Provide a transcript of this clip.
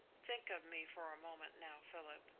think of me for a moment now, philip,